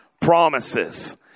promises